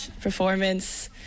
performance